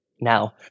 Now